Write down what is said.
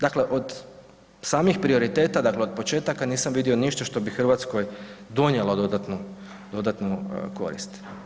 Dakle, od samih prioriteta od početaka nisam vidio ništa što bi Hrvatskoj donijelo dodatnu korist.